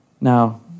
Now